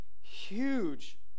huge